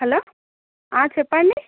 hello చెప్పండి